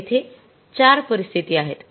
तर येथे ४ परिस्थिती आहेत